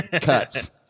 cuts